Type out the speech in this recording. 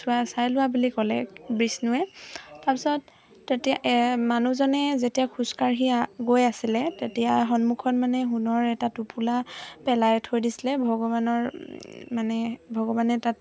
চোৱা চাই লোৱা বুলি ক'লে বিষ্ণুৱে তাৰপিছত তেতিয়া মানুহজনে যেতিয়া খোজকাঢ়ি গৈ আছিলে তেতিয়া সন্মুখত মানে সোণৰ এটা টোপোলা পেলাই থৈ দিছিলে ভগৱানৰ মানে ভগৱানে তাত